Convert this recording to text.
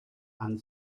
and